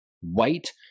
white